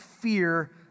fear